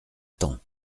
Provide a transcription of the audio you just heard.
temps